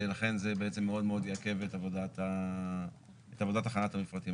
ולכן זה בעצם מאוד יעכב את עבודת הכנת המפרטים.